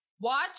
Watch